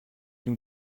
nous